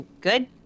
good